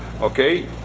Okay